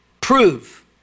prove